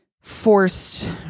forced